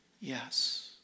Yes